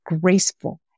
graceful